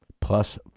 Plus